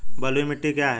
बलुई मिट्टी क्या है?